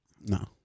No